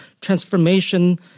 transformation